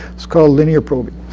it's called linear probing.